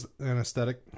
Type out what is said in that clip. anesthetic